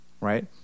right